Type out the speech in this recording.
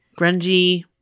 grungy